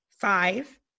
five